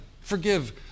Forgive